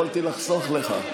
יכולתי לחסוך לך.